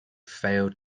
failed